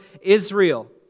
Israel